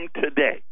today